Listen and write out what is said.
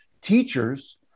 teachers